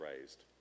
raised